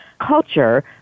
culture